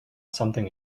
something